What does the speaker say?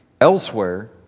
Elsewhere